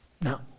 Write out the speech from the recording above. now